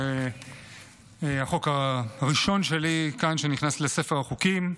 זה החוק הראשון שלי כאן שנכנס לספר החוקים.